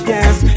Yes